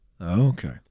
Okay